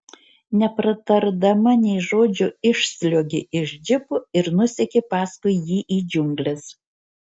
nepratardama nė žodžio išsliuogė iš džipo ir nusekė paskui jį į džiungles